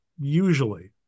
usually